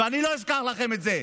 ואני לא אשכח לכם את זה.